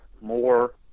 more